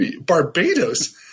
Barbados